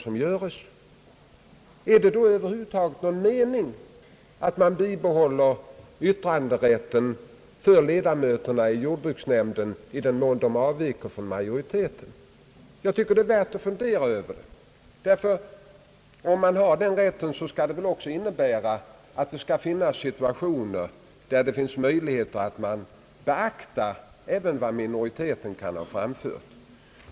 Är det då över huvud taget någon mening att bibehålla yttranderätten för ledamöterna i jordbruksnämnden i den mån de avviker från majoriteten? Jag tycker att denna fråga är värd att fundera på. Om man har den rätten, så skall det väl också innebära att det kan finnas situationer, där det finns möjlighet att beakta även vad minoriteten kan ha framfört.